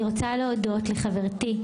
אני רוצה להודות לחברתי,